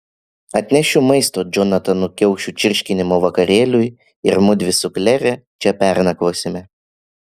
atnešiu maisto džonatano kiaušų čirškinimo vakarėliui ir mudvi su klere čia pernakvosime